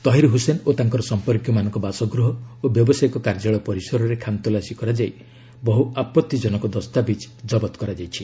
ତହିର ହୁସେନ ଓ ତାଙ୍କର ସମ୍ପର୍କୀୟମାନଙ୍କ ବାସଗୃହ ଓ ବ୍ୟବସାୟୀକ କାର୍ଯ୍ୟାଳୟ ପରିସରରେ ଖାନତଲାସୀ କରାଯାଇ ବହୁ ଆପତ୍ତିଜନକ ଦସ୍ତାବିଜ୍ ଜବତ କରାଯାଇଛି